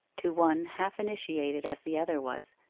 to one half initiated as the other was,